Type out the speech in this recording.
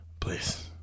Please